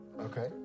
Okay